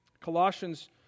Colossians